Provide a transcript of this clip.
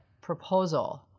proposal